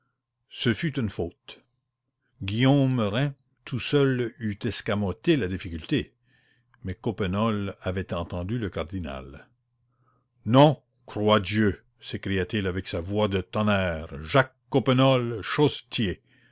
ce fut une faute guillaume rym tout seul eût escamoté la difficulté mais coppenole avait entendu le cardinal non croix dieu s'écria-t-il avec sa voix de tonnerre jacques